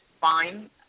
fine